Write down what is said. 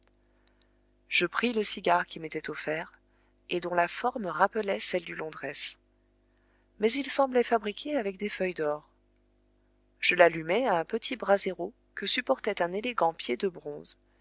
je pris le cigare qui m'était offert et dont la forme rappelait celle du londrès mais il semblait fabriqué avec des feuilles d'or je l'allumai à un petit brasero que supportait un élégant pied de bronze